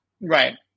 Right